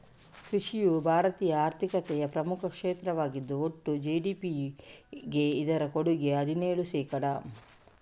ಕೃಷಿಯು ಭಾರತೀಯ ಆರ್ಥಿಕತೆಯ ಪ್ರಮುಖ ಕ್ಷೇತ್ರವಾಗಿದ್ದು ಒಟ್ಟು ಜಿ.ಡಿ.ಪಿಗೆ ಇದರ ಕೊಡುಗೆ ಹದಿನೇಳು ಶೇಕಡಾ